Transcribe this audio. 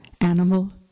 animal